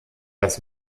das